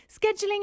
scheduling